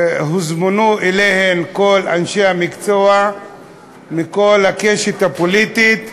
הוזמנו אליהן כל אנשי המקצוע מכל הקשת הפוליטית,